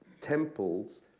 temples